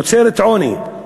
יוצרת עוני,